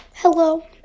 Hello